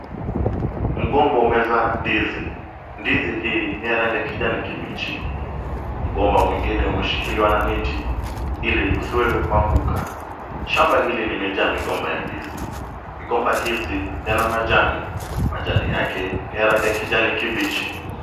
Mgomba umezaa ndizi. Ndizi hii ni ya rangi ya kijani kibichi. Mgomba mwigine umeshikiliwa na miti ili usiweze kuanguka. Shamba hili limejaa migomba ya ndizi. Migomba hizi yana majani. Majani yake ni ya rangi ya kijani kibichi.